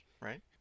right